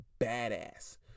badass